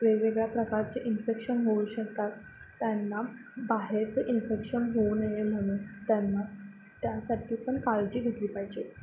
वेगवेगळ्या प्रकारचे इन्फेक्शन होऊ शकतात त्यांना बाहेरचं इन्फेक्शन होऊ नये म्हणून त्यांना त्यासाठी पण काळजी घेतली पाहिजे